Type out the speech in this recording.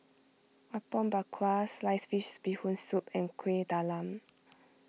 Apom Berkuah Sliced Fish Bee Hoon Soup and Kueh Talam